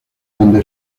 donde